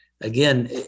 again